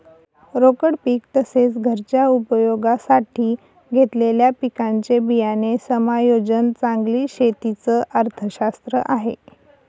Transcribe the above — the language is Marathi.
रोकड पीक तसेच, घरच्या उपयोगासाठी घेतलेल्या पिकांचे बियाणे समायोजन चांगली शेती च अर्थशास्त्र आहे